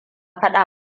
faɗa